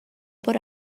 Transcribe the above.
por